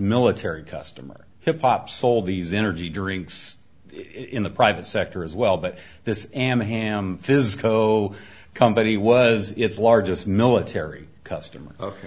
military customer hip hop sold these energy drinks in the private sector as well but this am ham fizz co company was its largest military customer ok